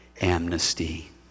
amnesty